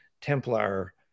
templar